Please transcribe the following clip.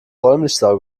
wollmilchsau